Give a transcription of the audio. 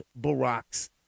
Barack's